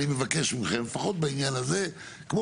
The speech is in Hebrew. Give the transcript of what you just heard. אני מבקש מכם לפחות בעניין הזה כמו